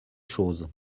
choses